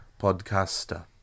podcaster